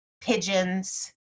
pigeons